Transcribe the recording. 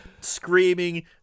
screaming